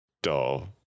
Dull